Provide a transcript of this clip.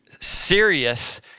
serious